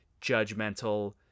judgmental